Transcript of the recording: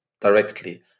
directly